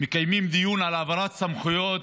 מקיימים דיון על העברת סמכויות